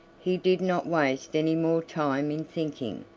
he did not waste any more time in thinking,